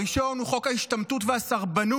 הראשון הוא חוק ההשתמטות והסרבנות,